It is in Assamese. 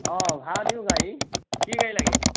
অ ভাড়া দিওঁ গাড়ী কি গাড়ী লাগে